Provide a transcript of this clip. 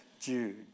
Jude